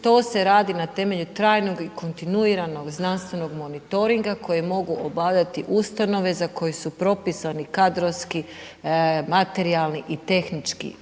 to se radi na temelju trajnog i kontinuiranog znanstvenog monitoringa koji mogu obavljati ustanove za koju su propisani kadrovski, materijalni i tehnički